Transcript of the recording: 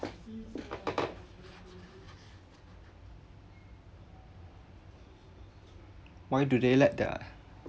why do they let their